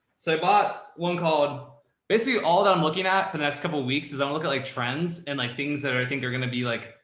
so bought one called basically all that i'm looking at the next couple of weeks is i don't look at like trends and like things that i think they're going to be like,